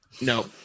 no